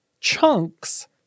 chunks